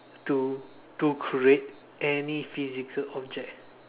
to to create any physical object